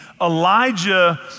Elijah